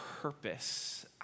purpose